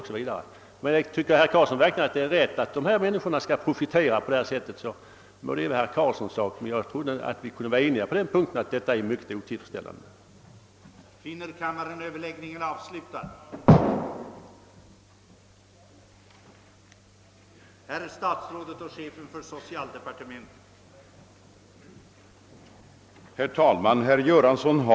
Om herr Karlsson tycker att det är rätt att de människor jag här talar om skall få profitera på skattebetalarna som de nu gör, så må det vara herr Karlssons ensak, men jag trodde vi var eniga om att det är ett mycket otillfredsställande förhållande.